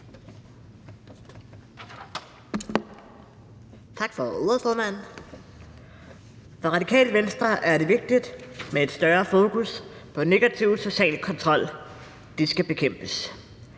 Tak for ordet, formand. For Radikale Venstre er det vigtigt med et større fokus på negativ social kontrol. Det skal bekæmpes.